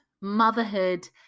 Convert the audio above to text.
motherhood